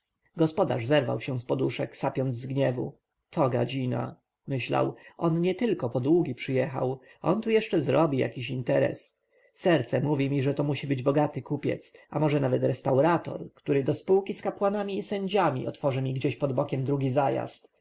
gospodarz zerwał się z poduszek sapiąc z gniewu to gadzina myślał on nietylko po dług przyjechał on tu jeszcze zrobi jakiś interes serce mówi mi że to musi być bogaty kupiec a może nawet restaurator który do spółki z kapłanami i sędziami otworzy mi gdzie pod bokiem drugi zajazd